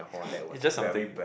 it's just something